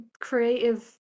creative